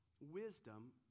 wisdom